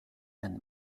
and